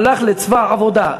הלך לצבא העבודה.